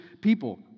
people